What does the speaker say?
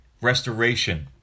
restoration